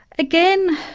again,